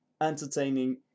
entertaining